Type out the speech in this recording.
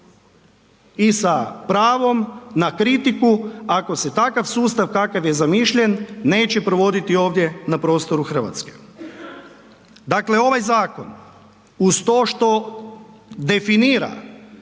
i sa pravom na kritiku ako se takav sustav kakav je zamišljen neće provoditi ovdje na prostoru Hrvatske. Dakle, ovaj zakon uz to što definira